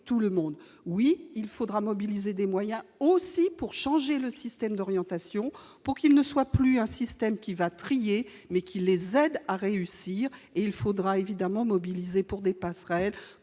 oui, il faudra mobiliser des moyens aussi pour changer le système d'orientation pour qu'il ne soit plus un système qui va trier mais qui les aide à réussir et il faudra évidemment mobilisés pour des passerelles